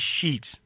sheets